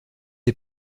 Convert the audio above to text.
est